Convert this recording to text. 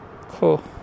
Cool